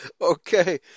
Okay